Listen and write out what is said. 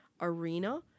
arena